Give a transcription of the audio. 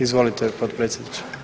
Izvolite potpredsjedniče.